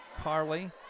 Carly